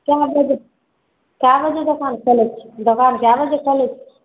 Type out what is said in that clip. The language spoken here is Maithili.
कए बजे कए बजे दोकान खोलै छियै दोकान कए बजे खोलै छियै